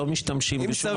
לא משתמשים בשום החלטה סבירה.